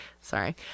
Sorry